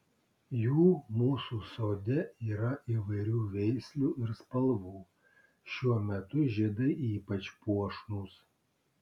jų mūsų sode yra įvairių veislių ir spalvų šiuo metu žiedai ypač puošnūs